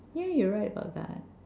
yeah you are right about that